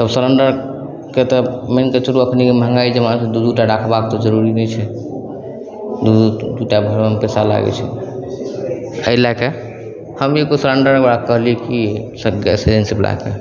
तब सिलेण्डरके तऽ मानिके चलू एखन महगाइके बाद दुइ दुइ टा रखबाके तऽ जरूरी नहि छै दुइ दुइ दुइ टा भरबैमे पइसा लागै छै एहि लैके हम भी एगो सिलेण्डर हम ओकरा कहलिए कि गैस एजेन्सीवलाकेँ